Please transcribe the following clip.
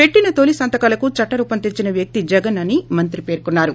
పెట్టిన తొలి సంతకాలకు చట్ట రూపం తెచ్చిన వ్యక్తి జగన్ అని మంత్రి పేర్కొన్నారు